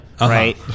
right